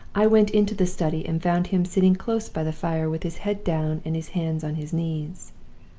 i went into the study, and found him sitting close by the fire with his head down and his hands on his knees.